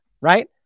right